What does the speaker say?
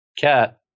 cat